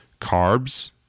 Carbs